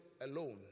alone